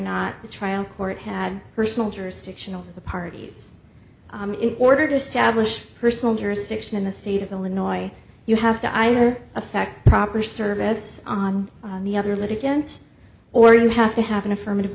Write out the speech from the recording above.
the trial court had personal jurisdiction over the parties in order to establish personal jurisdiction in the state of illinois you have to either affect proper service on the other litigant or you have to have an affirmative